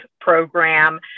program